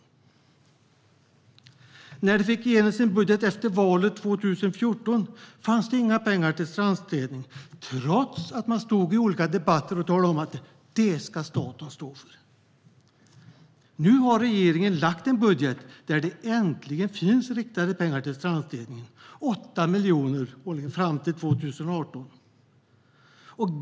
När Alliansen fick igenom sin budget efter valet 2014 fanns det inga pengar till strandstädning trots att man stod i olika debatter och sa: Det ska staten stå för! Nu har regeringen lagt en budget där det äntligen finns pengar riktade till strandstädningen - 8 miljoner fram till 2018.